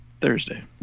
Thursday